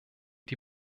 die